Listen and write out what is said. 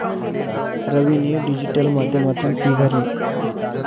रवीने डिजिटल माध्यमातून फी भरली